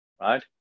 right